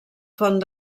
font